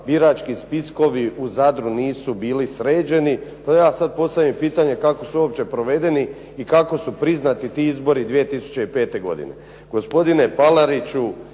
birački spiskovi u Zadru nisu bili sređeni. No, ja sad postavljam pitanje kako su uopće provedeni i kako su priznati ti izbori 2005. godine.